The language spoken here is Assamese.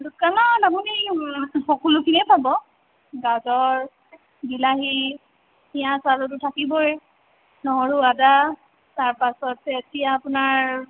দোকানত আপুনি সকলোখিনিয়েই পাব গাজৰ বিলাহী পিয়াজ আলুতো থাকিবই নহৰু আদা তাৰপাছতে এতিয়া আপোনাৰ